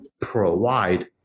provide